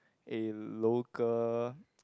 a local